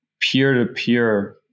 peer-to-peer